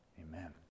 amen